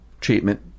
treatment